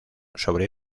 sobre